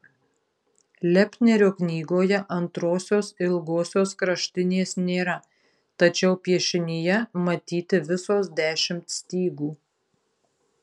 lepnerio knygoje antrosios ilgosios kraštinės nėra tačiau piešinyje matyti visos dešimt stygų